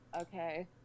Okay